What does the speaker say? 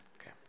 okay